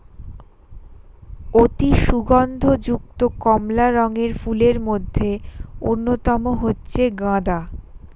অতি সুগন্ধ যুক্ত কমলা রঙের ফুলের মধ্যে অন্যতম হচ্ছে গাঁদা